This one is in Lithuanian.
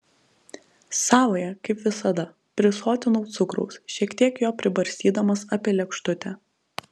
savąją kaip visada prisotinau cukraus šiek tiek jo pribarstydamas apie lėkštutę